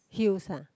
heels [huh]